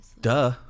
Duh